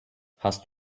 hast